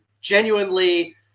genuinely